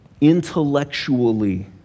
intellectually